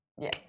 Yes